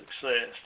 success